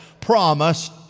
promised